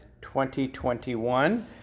2021